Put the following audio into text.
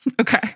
Okay